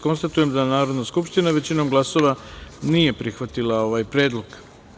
Konstatujem da Narodna skupština, većinom glasova, nije prihvatila ovaj predlog.